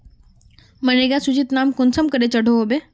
मनरेगा सूचित नाम कुंसम करे चढ़ो होबे?